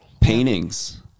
paintings